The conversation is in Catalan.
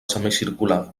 semicircular